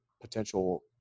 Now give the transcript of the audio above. potential